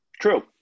True